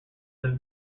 have